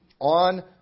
on